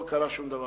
לא קרה שום דבר.